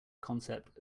concept